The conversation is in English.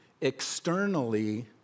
externally